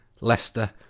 Leicester